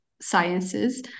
sciences